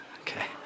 Okay